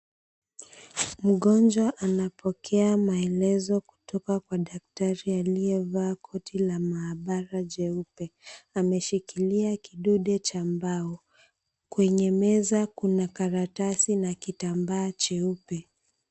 Mgonjwa anapokea maelezo kutoka kwa daktari aliyevaa koti la maabara jeupe. Ameshikilia kidude cha mbao. Kwenye meza kuna karatasi na kitambaa cheupe.